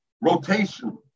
rotation